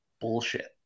Bullshit